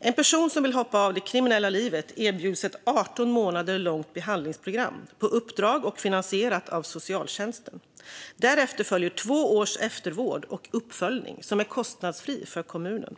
En person som vill hoppa av det kriminella livet erbjuds ett 18 månader långt behandlingsprogram, på uppdrag och finansierat av socialtjänsten. Därefter följer två års eftervård och uppföljning, som är kostnadsfri för kommunen.